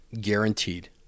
guaranteed